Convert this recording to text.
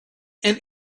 and